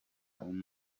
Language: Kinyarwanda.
umwe